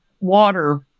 water